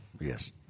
Yes